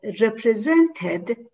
represented